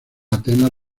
atenas